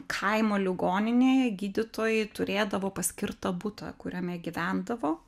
kaimo ligoninėje gydytojai turėdavo paskirtą butą kuriame gyvendavo